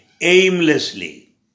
aimlessly